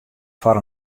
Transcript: foar